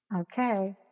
Okay